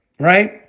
right